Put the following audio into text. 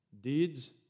Deeds